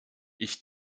ich